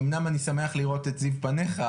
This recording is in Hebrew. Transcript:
אמנם אני שמח לראות את זיו פניך,